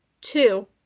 Two